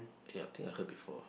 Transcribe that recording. ya I think I heard before